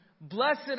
Blessed